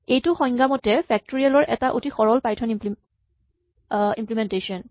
এইটো সংজ্ঞামতে ফেক্টৰিয়েল ৰ এটা অতি সৰল পাইথন ইমপ্লিমেন্টেচন